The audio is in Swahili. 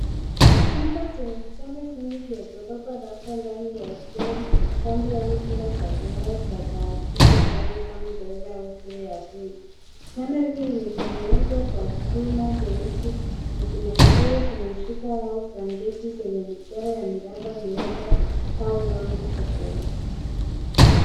Chumba chenye vitanda vingi ya ghorofa labda ndani ya hosteli, kambi au chumba cha kulala cha taasisi fulani kama gereza au shule ya bweni. Vitanda hivi vimetengenezwa kwa chuma jeusi na vina godoro zenye shuka au blanketi zenye michoro ya miraba miraba au rangi tofauti